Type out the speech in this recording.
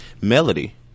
melody